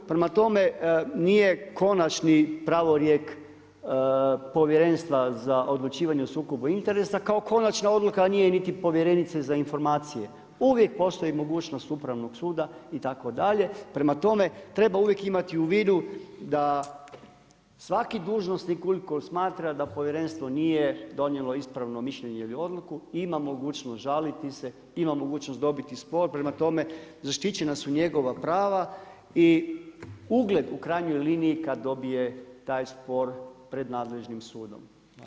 Prema tome, nije konačni pravorijek povjerenstva za odlučivanje sukoba interesa kao konačna odluka nije niti povjerenice za informacije, uvijek postoji mogućnost Upravnog suda itd., prema tome treba uvijek imati u vidu da svaki dužnosnik ukoliko smatra da povjerenstvo nije donijelo ispravni mišljenje ili odluku, ima mogućnost žaliti se, ima mogućnost dobiti spor, prema tome zaštićena su njegova prava i ugled u krajnjoj liniji kad dobije taj spor pred nadležnim sudom.